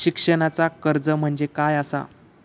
शिक्षणाचा कर्ज म्हणजे काय असा?